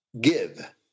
give